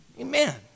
Amen